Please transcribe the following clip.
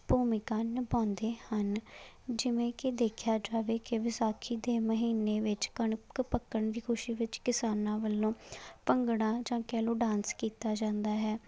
ਭੂਮਿਕਾ ਨਿਭਾਉਂਦੇ ਹਨ ਜਿਵੇਂ ਕਿ ਦੇਖਿਆ ਜਾਵੇ ਕਿ ਵਿਸਾਖੀ ਦੇ ਮਹੀਨੇ ਵਿੱਚ ਕਣਕ ਪੱਕਣ ਦੀ ਖੁਸ਼ੀ ਵਿੱਚ ਕਿਸਾਨਾਂ ਵੱਲੋਂ ਭੰਗੜਾ ਜਾਂ ਕਹਿ ਲਓ ਡਾਂਸ ਕੀਤਾ ਜਾਂਦਾ ਹੈ